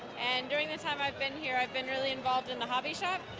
and during the time i've been here, i've been really involved in the hobby shop.